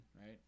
right